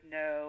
no